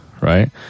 right